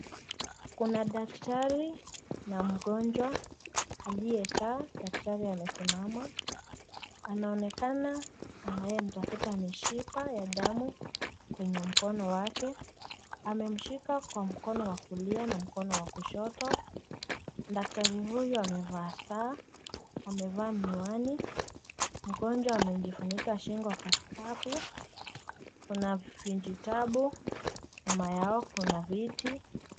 Kuna Daktari na mgonjwa aliyekaa daktari amesimama anaonekana anayemtafuta mishipa ya damu kwenye mkono wake, amemshika kwa mkono wa kulia na mkono wakushoto, daktari huyu amevaa saa ,amevaa miwani mgonjwa amenjifunika shingo kwa skafu, kuna vijitabu nyuma yao, kuna viti.